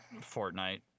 Fortnite